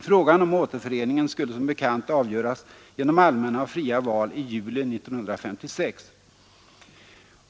Frågan om återföreningen skulle som bekant avgöras genom allmänna och fria val i juli 1956.